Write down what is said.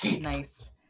Nice